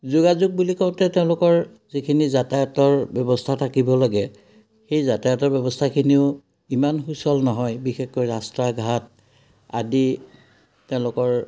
যোগাযোগ বুলি কওঁতে তেওঁলোকৰ যিখিনি যাতায়াতৰ ব্যৱস্থা থাকিব লাগে সেই যাতায়াতৰ ব্যৱস্থাখিনিও ইমান সুচল নহয় বিশেষকৈ ৰাস্তা ঘাট আদি তেওঁলোকৰ